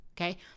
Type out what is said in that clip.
Okay